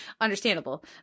understandable